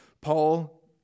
Paul